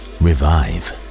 revive